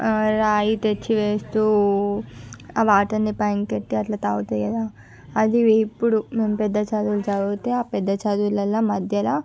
రాయి తెచ్చి వేస్తు ఆ వాటర్ని పైనకి ఎత్తి అట్లా తాగుతాయి కదా అది ఇప్పుడు మేము పెద్ద చదువులు చదివితే ఆ పెద్ద చదువులలో మధ్యలో